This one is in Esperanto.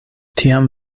tiam